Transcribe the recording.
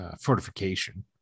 fortification